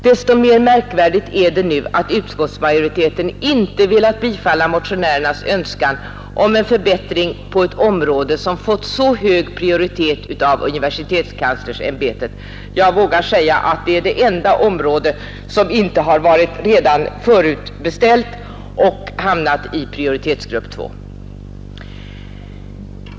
Desto mer märkvärdigt är det nu att utskottsmajoriteten inte velat bifalla motionärernas önskan om en förbättring på ett område som fått så hög prioritet av universitetskanslersämbetet; jag vågar säga att det är det enda område som inte varit förutbeställt, men ändå hamnat i prioritetsgrupp 2.